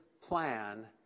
plan